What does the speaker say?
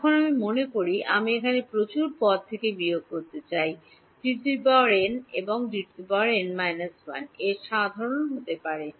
এখন আমি মনে করি আমি এখানে প্রচুর পদ থেকে বিয়োগ করতে চাই Dn এবং Dn − 1 এর মধ্যে সাধারণ হতে পারে